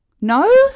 No